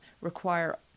require